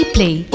Play